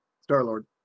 Star-Lord